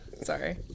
Sorry